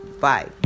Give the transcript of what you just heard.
Bye